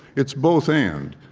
it's both and.